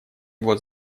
его